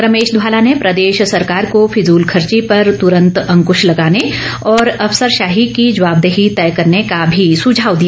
रमेश धवाला ने प्रदेश सरकार को फिजूलखर्ची पर तुरंत अंकृश लगाने और अफसरशाही की जवाबदेही तय करने का भी सुझाव दिया